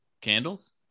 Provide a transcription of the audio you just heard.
candles